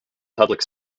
public